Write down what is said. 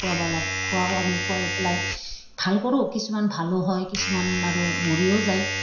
খোৱাব ল খোৱাওঁ আমি খোৱাই পেলাই ভাল কৰোঁ কিছুমান ভালো হয় কিছুমান আৰু মৰিও যায়